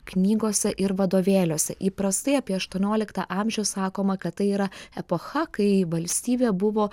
knygose ir vadovėliuose įprastai apie aštuonioliktą amžių sakoma kad tai yra epocha kai valstybė buvo